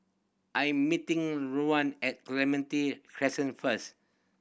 I'm meeting at Clementi first